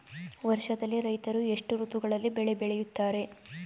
ವರ್ಷದಲ್ಲಿ ರೈತರು ಎಷ್ಟು ಋತುಗಳಲ್ಲಿ ಬೆಳೆ ಬೆಳೆಯುತ್ತಾರೆ?